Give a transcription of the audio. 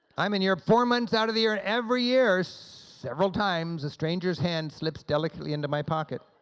i'm in europe four months out of the year, and every year, several times, a stranger's hand slips delicately into my pocket